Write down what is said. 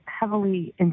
heavily